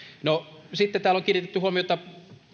no sitten täällä on kiinnitetty huomiota